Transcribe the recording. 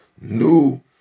new